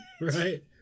Right